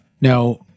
Now